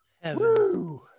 heaven